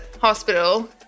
hospital